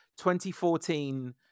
2014